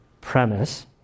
premise